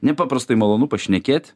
nepaprastai malonu pašnekėt